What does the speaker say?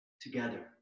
together